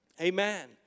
Amen